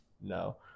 No